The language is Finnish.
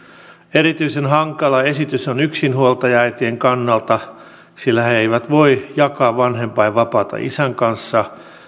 erityisen hankala esitys on yksinhuoltajaäitien kannalta sillä he eivät voi jakaa vanhempainvapaata isän kanssa